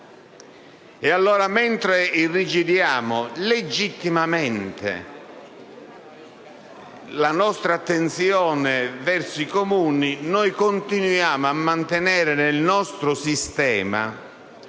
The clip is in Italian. economico. Mentre irrigidiamo legittimamente la nostra attenzione verso i Comuni, continuiamo a mantenere nel nostro sistema